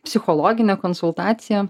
psichologinė konsultacija